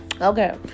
Okay